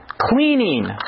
Cleaning